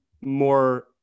more